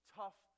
tough